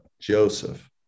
joseph